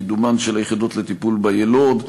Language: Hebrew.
קידומן של היחידות לטיפול ביילוד,